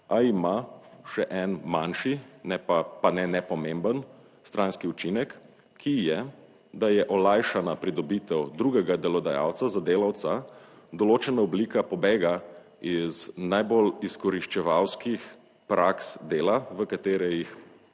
a ima še en manjši, pa ne nepomemben stranski učinek, ki je, da je olajšana pridobitev drugega delodajalca za delavca določena oblika pobega iz najbolj izkoriščevalskih praks dela, v katere jih